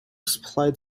supplied